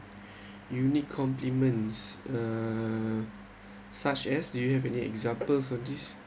unique compliments uh such as do you have any examples of this